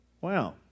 Wow